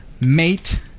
mate